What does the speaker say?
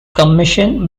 commission